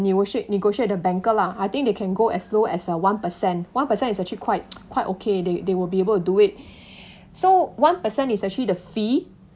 negotiate negotiate the banker lah I think they can go as low as uh one percent one percent is actually quite quite okay they they will be able to do it so one percent is actually the fee